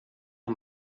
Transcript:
een